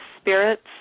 Spirits